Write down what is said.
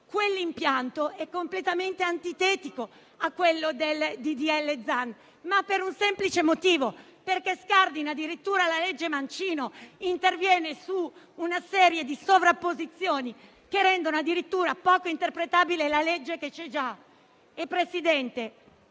Quell'impianto è completamente antitetico a quello del disegno di legge Zan, per un semplice motivo: esso scardina addirittura la legge Mancino e interviene su una serie di sovrapposizioni che rendono addirittura poco interpretabile la legge che già